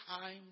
time